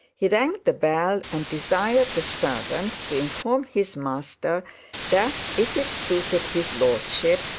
he rang the bell and desired the servant to inform his master that if it suited his lordship,